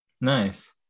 Nice